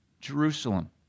Jerusalem